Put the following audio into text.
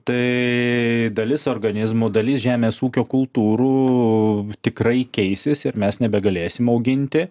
tai dalis organizmų dalis žemės ūkio kultūrų tikrai keisis ir mes nebegalėsime auginti